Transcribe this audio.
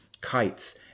kites